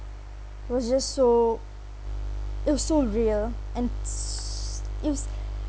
was just so it was so real and s~ it was